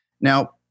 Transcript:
Now